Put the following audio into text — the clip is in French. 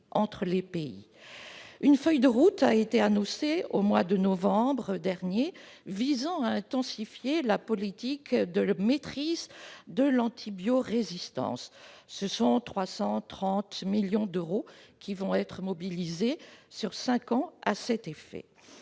Une feuille de route a été annoncée au mois de novembre dernier afin d'intensifier la politique de maîtrise de l'antibiorésistance ; 330 millions d'euros vont être mobilisés sur cinq ans à cet effet.